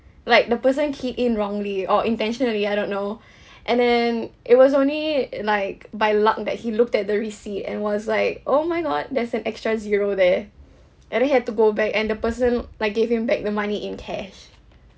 like the person key in wrongly or intentionally I don't know and then it was only like by luck that he looked at the receipt and was like oh my god there's an extra zero there and then he had to go back and the person like gave him back the money in cash